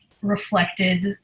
reflected